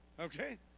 Okay